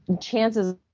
chances